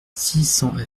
cents